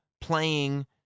playing